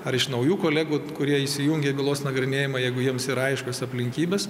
ar iš naujų kolegų kurie įsijungia į bylos nagrinėjimą jeigu jiems yra aiškios aplinkybės